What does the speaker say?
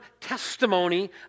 testimony